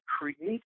create